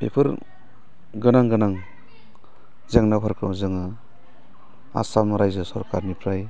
बेफोर गोनां गोनां जेंनाफोरखौ जोङो आसाम राइजो सरखारनिफ्राय